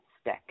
stick